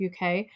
UK